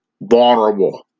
vulnerable